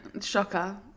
shocker